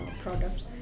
products